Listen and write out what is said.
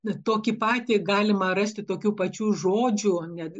tokį patį galima rasti tokių pačių žodžių net